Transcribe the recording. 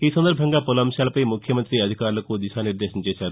ఈ సందర్బంగా పలు అంశాలపై ముఖ్యమంత్రి అధికారులకు దిశానిర్దేశం చేశారు